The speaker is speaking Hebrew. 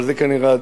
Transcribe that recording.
אבל זו הדרך,